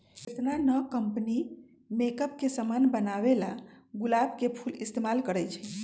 केतना न company makeup के समान बनावेला गुलाब के फूल इस्तेमाल करई छई